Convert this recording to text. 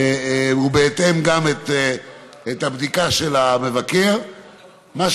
היה איחור של המפלגות